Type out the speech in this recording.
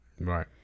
Right